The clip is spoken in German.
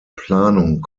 planung